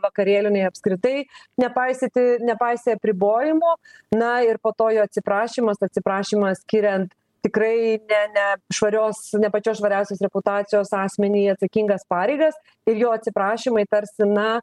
vakarėlių nei apskritai nepaisyti nepaisė apribojimų na ir po to jo atsiprašymas atsiprašymas skiriant tikrai ne švarios ne pačios švariausios reputacijos asmenį į atsakingas pareigas ir jo atsiprašymai tarsi na